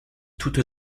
toute